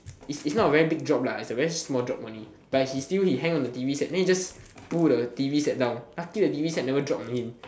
is is not a very big drop lah is a very small drop only but he still he hang on the t_v set the he just pull the t_v set down lucky the t_v set never drop on him